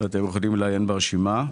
לעיין ברשימה.